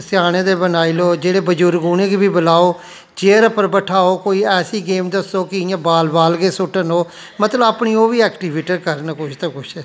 स्याने दा बनाई लेऔ जेह्ड़े बजुर्ग उ'नेंगी गी बलाओ चेयर उप्पर बठाओ कोई ऐसी गेम दस्सो कि इ'यां बाल बाल गै सुट्टन ओह् मतलब अपनी ओह बी ऐक्टीविटी करन कुछ ते कुछ